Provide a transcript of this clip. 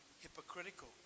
hypocritical